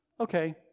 okay